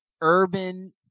urban